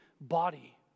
body